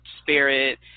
spirit